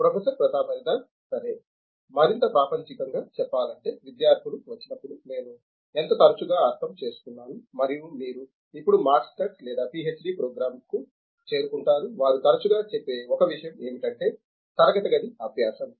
professor Pratap Haridas సరే మరింత ప్రాపంచికంగా చెప్పాలంటే విద్యార్థులు వచ్చినప్పుడు నేను ఎంత తరచుగా అర్థం చేసుకున్నాను మరియు మీరు ఇప్పుడు మాస్టర్స్ లేదా పిహెచ్డి ప్రోగ్రామ్కు చేరుకుంటారు వారు తరచూగా చెపే ఒక విషయం ఏమిటంటే తరగతి గది అభ్యాసం